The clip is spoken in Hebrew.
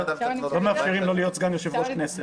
לא מאפשרים לו להיות סגן יושב-ראש כנסת.